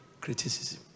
criticism